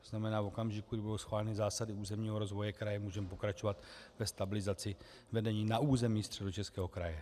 To znamená, v okamžiku, kdy budou schváleny zásady územního rozvoje kraje, můžeme pokračovat ve stabilizaci vedení na území Středočeského kraje.